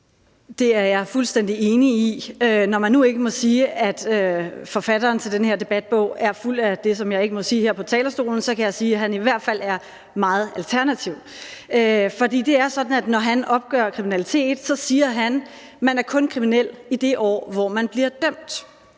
Det er jeg fuldstændig enig i. Når man nu ikke må sige, at forfatteren til den her debatbog er fuld af det, som jeg ikke må sige her på talerstolen, så kan jeg sige, at han i hvert fald er meget alternativ. For det er sådan, at når han opgør kriminalitet, siger han, at man kun er kriminel i det år, hvor man bliver dømt.